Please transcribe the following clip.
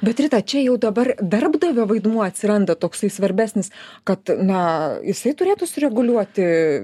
bet rita čia jau dabar darbdavio vaidmuo atsiranda toksai svarbesnis kad na jisai turėtų sureguliuoti